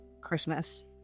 Christmas